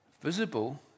visible